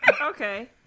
Okay